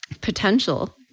potential